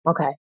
Okay